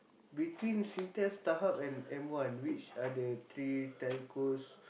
between Singtel StarHub and M-one which are the three Telcos